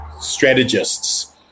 strategists